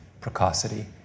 precocity